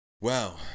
Wow